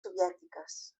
soviètiques